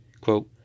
Quote